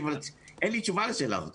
אין לי תשובה לשאלה הזאת.